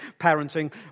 parenting